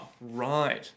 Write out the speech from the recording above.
right